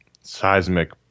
seismic